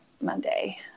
Monday